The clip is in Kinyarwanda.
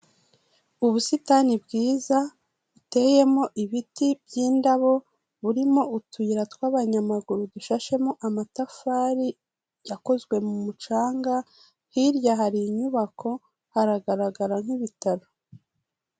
Ubusitani bwiza buteyemo ibiti by'indabo, burimo utuyira tw'abanyamaguru dushashemo amatafari yakozwe mu mucanga, hirya hari inyubako, haragaragara nk'ibitaro.